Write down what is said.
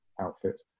outfit